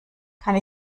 kann